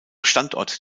standort